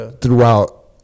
throughout